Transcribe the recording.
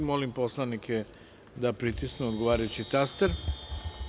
Molim poslanike da pritisnu odgovarajući taster.